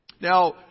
Now